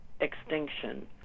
extinction